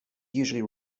usually